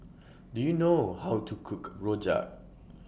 Do YOU know How to Cook Rojak